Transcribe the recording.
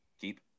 keep